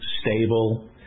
stable